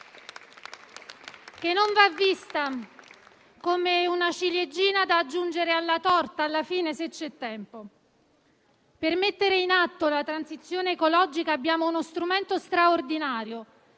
che non va vista come una ciliegina da aggiungere alla torta, alla fine e se c'è tempo. Per mettere in atto la transizione ecologica abbiamo uno strumento straordinario: